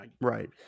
Right